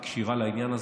היא כשירה לעניין הזה.